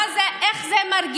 מה זה, איך זה מרגיש